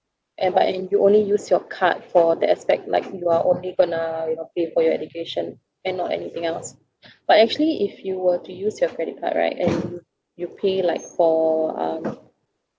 and by you only use your card for the aspect like you're only gonna pay for your education and not anything else but actually if you were to use your credit card right and you you pay like for um